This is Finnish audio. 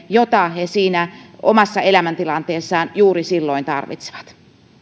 jota he siinä omassa elämäntilanteessaan juuri silloin tarvitsevat